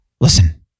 listen